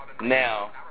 Now